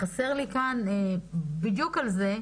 חסר לי כאן בדיוק על זה,